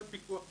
כל פיקוח בנפרד,